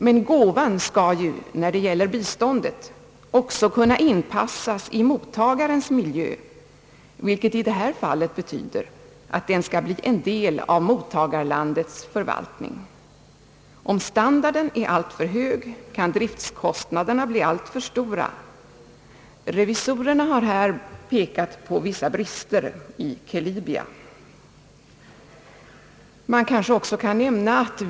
Men gåvan skall ju också kunna inpassas i mottagarens miljö, vilket i det här fallet betyder att den skall bli en del av mottagarlandets förvaltning. Om standarden är alltför hög, kan driftkostnaderna bli för stora. Revisorerna har här pekat på vissa brister i Kelibia.